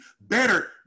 better